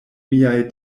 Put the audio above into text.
miaj